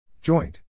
Joint